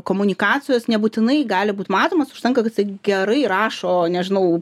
komunikacijos nebūtinai gali būt matomas užtenka kad jisai gerai rašo nežinau